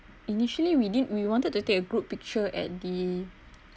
initially we didn't we wanted to take a group picture at the